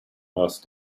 asked